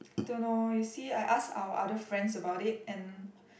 I don't know you see I ask our other friends about it and